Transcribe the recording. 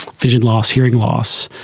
vision loss, hearing loss.